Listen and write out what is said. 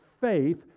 faith